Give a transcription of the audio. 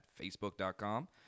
Facebook.com